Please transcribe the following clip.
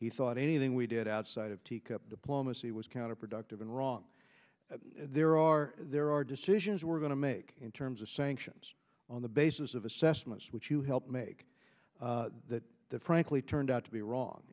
he thought anything we did outside of teacup diplomacy was counterproductive and wrong there are there are decisions we're going to make in terms of sanctions on the basis of assessments which you helped make that frankly turned out to be wrong